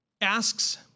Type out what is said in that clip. asks